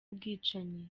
bwicanyi